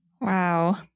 Wow